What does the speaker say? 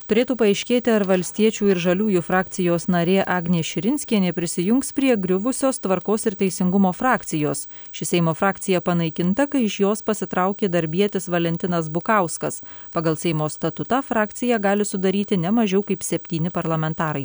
turėtų paaiškėti ar valstiečių ir žaliųjų frakcijos narė agnė širinskienė prisijungs prie griuvusios tvarkos ir teisingumo frakcijos ši seimo frakcija panaikinta kai iš jos pasitraukė darbietis valentinas bukauskas pagal seimo statutą frakciją gali sudaryti ne mažiau kaip septyni parlamentarai